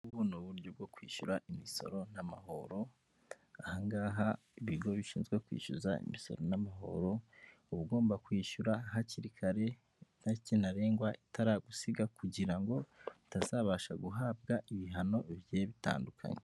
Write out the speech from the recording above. Ubu ni uburyo bwo kwishyura imisoro n'amahoro, aha ngaha ibigo bishinzwe kwishyura imisoro n'amahoro, uba ugomba kwishyura hakiri kare itariki ntarengwa itaragusiga, kugira ngo utazabasha guhabwa ibihano bigiye bitandukanye.